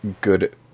good